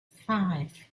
five